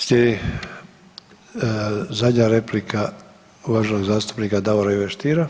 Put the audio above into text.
Slijedi zadnja replika uvaženog zastupnika Davora Ive Stiera.